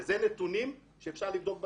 אלה נתונים שאפשר לבדוק בסופר,